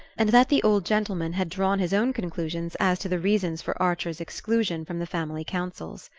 and that the old gentleman had drawn his own conclusions as to the reasons for archer's exclusion from the family councils.